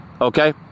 Okay